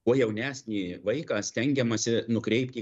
kuo jaunesnį vaiką stengiamasi nukreipti